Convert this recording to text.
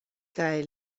kaj